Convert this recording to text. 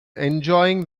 enjoying